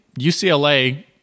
UCLA